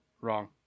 Wrong